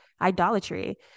idolatry